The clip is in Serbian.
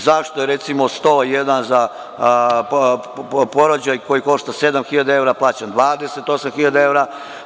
Zašto je recimo 100.000 za porođaj koji košta 7.000 evra plaćeno 28.000 evra?